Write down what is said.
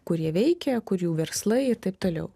kur jie veikia kur jų verslai ir taip toliau